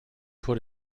put